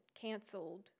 canceled